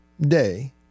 day